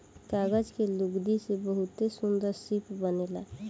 कागज के लुगरी से बहुते सुन्दर शिप बनेला